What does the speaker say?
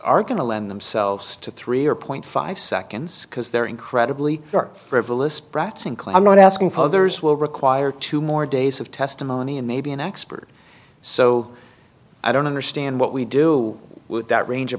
are going to lend themselves to three or point five seconds because they're incredibly frivolous bratz include i'm not asking for others will require two more days of testimony and maybe an expert so i don't understand what we do with that range of